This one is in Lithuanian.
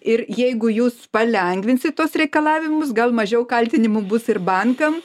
ir jeigu jūs palengvinsit tuos reikalavimus gal mažiau kaltinimų bus ir bankam